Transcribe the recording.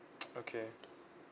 okay